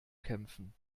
kämpfen